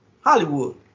Hollywood